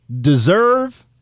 deserve